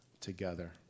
together